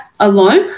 Alone